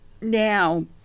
now